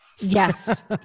Yes